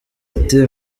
ati